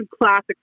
classic